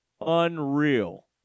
Unreal